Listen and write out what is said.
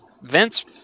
Vince